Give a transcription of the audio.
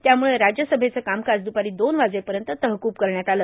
त्यामुळं राज्यसभेचं कामकाज द्पारां दोन वाजेपयत तहकूब करण्यात आलं